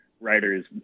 writers